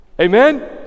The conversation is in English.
Amen